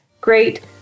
great